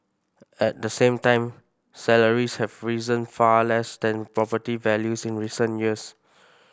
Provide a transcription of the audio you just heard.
at the same time salaries have risen far less than property values in recent years